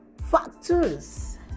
factors